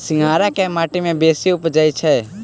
सिंघाड़ा केँ माटि मे बेसी उबजई छै?